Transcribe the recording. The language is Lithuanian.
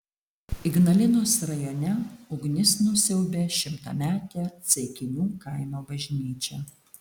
ignalinos rajone ugnis nusiaubė šimtametę ceikinių kaimo bažnyčią